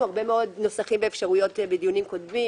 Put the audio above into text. הרבה מאוד נוסחים ואפשרויות בדיונים קודמים,